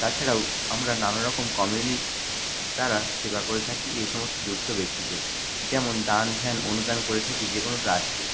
তাছাড়াও আমরা নানা রকম কমিউনিস্ট দ্বারা সেবা করে থাকি এসমস্ত দুঃস্থ ব্যক্তিদের যেমন দান ধ্যান অনুদান করে থাকি যে কোনো ট্রাস্টে